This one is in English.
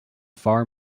far